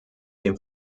dem